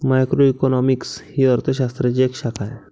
macroeconomics ही अर्थ शास्त्राची एक शाखा आहे